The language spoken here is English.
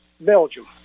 Belgium